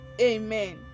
Amen